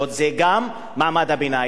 זה גם מעמד הביניים.